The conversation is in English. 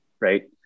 right